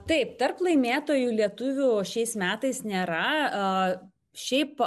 taip tarp laimėtojų lietuvių o šiais metais nėra šiaip